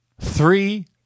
three